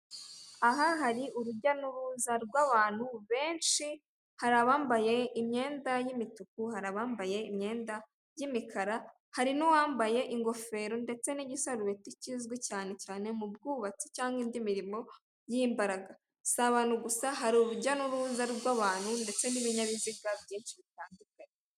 Aha hari urujya n'iruza rw'abantu benshi, hari abambaye imyenda y'umutuku, hari abambaye imyenda y'imikara, hari n'uwambaye ingofero ndetse n'igisarubeti kizwi cyane cyane mu bwubasti cyangwa indi mirimo y'imbaraga. Si abantu gusa, hari urujya n'iruza rw'abantu ndetse n'ibinyabiziga byinshi bitandukanye.